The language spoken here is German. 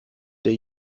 der